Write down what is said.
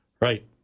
Right